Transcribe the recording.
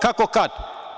Kako kad.